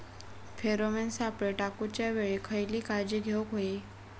Pheromone सापळे टाकूच्या वेळी खयली काळजी घेवूक व्हयी?